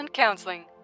Counseling